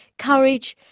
courage,